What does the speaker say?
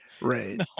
Right